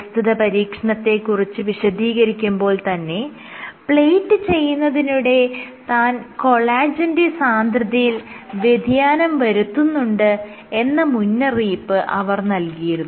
പ്രസ്തുത പരീക്ഷണത്തെ കുറിച്ച് വിശദീകരിക്കുമ്പോൾ തന്നെ പ്ലേറ്റ് ചെയ്യുന്നതിനിടെ താൻ കൊളാജെന്റെ സാന്ദ്രതയിൽ വ്യതിയാനം വരുത്തുന്നുന്നുണ്ട് എന്ന മുന്നറിയപ്പ് അവർ നൽകിയിരുന്നു